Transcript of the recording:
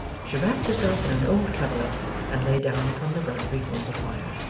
she wrapped herself in an old coverlet and lay down upon the rug before the fire.